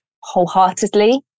wholeheartedly